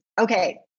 okay